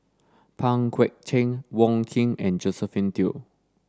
Pang Guek Cheng Wong Keen and Josephine Teo